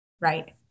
Right